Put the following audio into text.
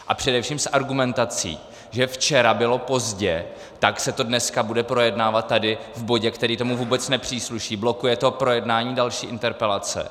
A především s argumentací, že včera bylo pozdě, tak se to dneska bude projednávat tady v bodě, který tomu vůbec nepřísluší, blokuje to projednání další interpelace.